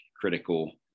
critical